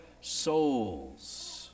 souls